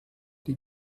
die